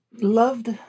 loved